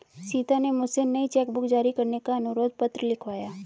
सीता ने मुझसे नई चेक बुक जारी करने का अनुरोध पत्र लिखवाया